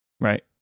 right